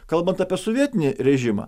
kalbant apie sovietinį režimą